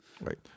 Right